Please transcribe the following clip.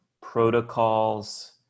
protocols